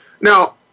Now